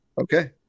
Okay